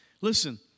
Listen